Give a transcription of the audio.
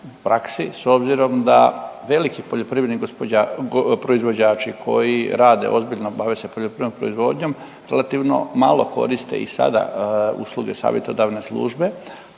s obzirom da veliki poljoprivredni proizvođači koji rade ozbiljno, bave se poljoprivrednom proizvodnjom relativno malo koriste i sada usluge savjetodavne službe,